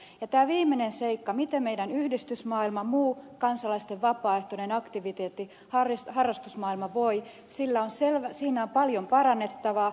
ja tämä viimeinen seikka miten meidän yhdistysmaailmamme muu kansalaisten vapaaehtoinen aktiviteetti harrastusmaailma voi siinä on paljon parannettavaa